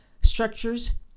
structures